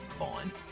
on